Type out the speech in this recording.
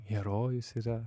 herojus yra